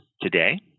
today